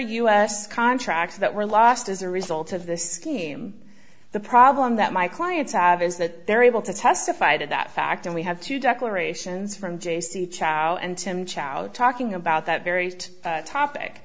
s contracts that were lost as a result of this scheme the problem that my clients have is that they're able to testify to that fact and we have to declarations from j c chowk and tim chao talking about that very topic